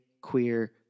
queer